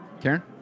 Karen